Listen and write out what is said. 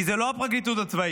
כי זה לא הפרקליטות הצבאית,